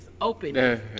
Open